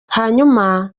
hanyuma